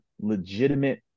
legitimate